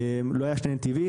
לא היו שני נתיבים.